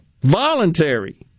voluntary